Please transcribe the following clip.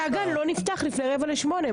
שהגן לא נפתח לפני רבע לשמונה.